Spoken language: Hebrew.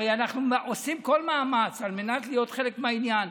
הרי אנחנו עושים כל מאמץ על מנת להיות חלק מהעניין.